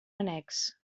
annex